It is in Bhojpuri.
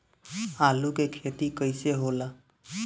आलू के खेती कैसे होला?